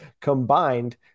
combined